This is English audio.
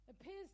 appears